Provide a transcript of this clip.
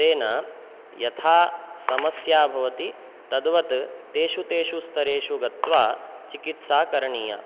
तेन यथा समस्या भवति तद्वत् तेषु तेषु स्तरेषु गत्वा चिकित्सा करणीया